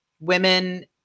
women